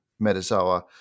Metazoa